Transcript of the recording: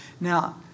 now